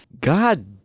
God